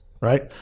right